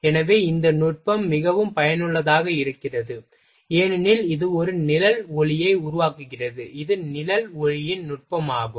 எனவே இந்த நுட்பம் மிகவும் பயனுள்ளதாக இருக்கிறது ஏனெனில் இது ஒரு நிழல் ஒளியை உருவாக்குகிறது இது நிழல் ஒளியின் நுட்பமாகும்